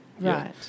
Right